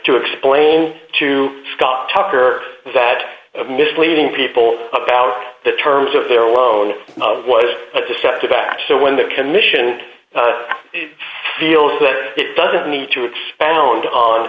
to explain to scott tucker that of misleading people about the terms of their loan was a deceptive batch so when the commission feels that it doesn't need to expound